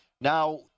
Now